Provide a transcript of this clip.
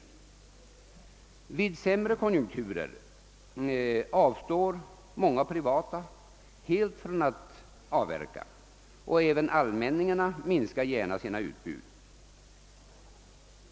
Vid sämre konjunkturer avstår många privata helt från att avverka, och även allmänningarna minskar gärna sina utbud.